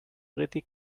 pretty